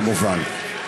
כמובן,